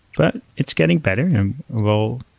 but it's getting better and we'll